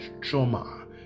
trauma